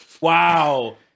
Wow